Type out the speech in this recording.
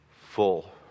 full